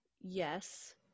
Yes